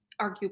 arguably